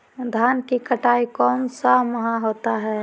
धान की कटाई कौन सा माह होता है?